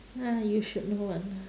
ah you should know ah